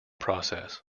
process